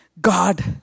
God